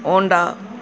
Honda